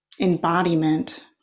embodiment